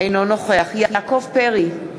אינו נוכח יעקב פרי,